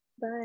Bye